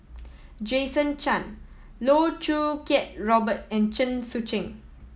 Jason Chan Loh Choo Kiat Robert and Chen Sucheng